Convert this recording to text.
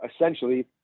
essentially